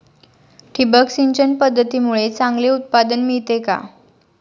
ठिबक सिंचन पद्धतीमुळे चांगले उत्पादन मिळते का?